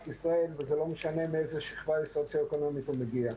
ישראל וזה לא משנה מאיזו שכבה סוציואקונומית הוא מגיע,